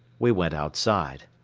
we went outside.